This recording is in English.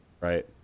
right